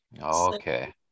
Okay